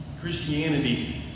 Christianity